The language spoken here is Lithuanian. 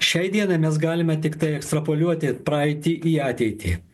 šiai dienai mes galime tiktai ekstrapoliuoti praeitį į ateitį